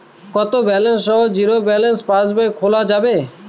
কত ব্যালেন্স সহ zero balance passbook খোলা যাবে?